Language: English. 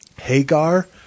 Hagar